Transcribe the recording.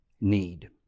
need